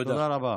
תודה רבה.